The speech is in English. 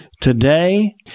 today